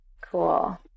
cool